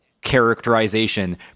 Characterization